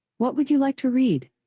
what would you like to read?